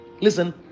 listen